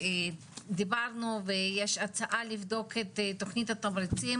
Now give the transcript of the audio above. דיברנו ויש הצעה לבדוק את תוכנית התמריצים